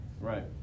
Right